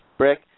Rick